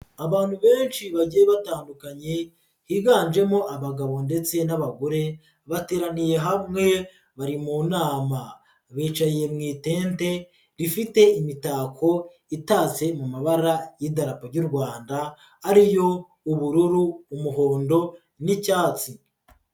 Umurima munini uteyemo imbuto zigiye zitandukanye uwo murimo ukaba ugabanyijemo ibice bibiri hakaba hari igice kimwe kirimo ibihingwa byinshi byiganjekobwa wibwira ko byitaweho ikindi gice kikaba kirimo imbuto nkeya kabo ndabi ko zishobora kuba zitaritaweho neza nk'izo mu kindi gice.